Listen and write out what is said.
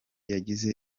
yagize